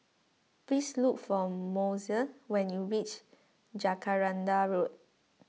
please look for Mose when you reach Jacaranda Road